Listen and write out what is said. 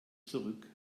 zurück